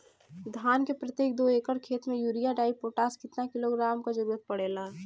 धान के प्रत्येक दो एकड़ खेत मे यूरिया डाईपोटाष कितना किलोग्राम क जरूरत पड़ेला?